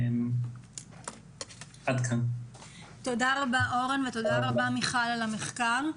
תודה רבה למיכל ולאורן על המחקר.